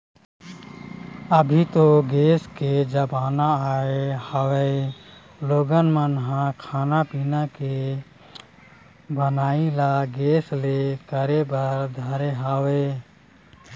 अभी तो गेस के जमाना आय हवय लोगन मन ह खाना पीना के बनई ल गेस ले करे बर धरे हवय